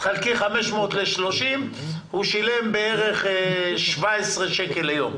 חלקי 500 ל-30, בערך 17 שקלים ליום.